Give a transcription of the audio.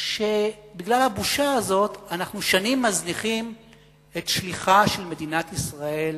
ובגלל הבושה הזאת אנחנו שנים מזניחים את שליחה של מדינת ישראל,